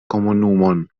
komunumon